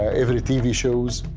every tv show.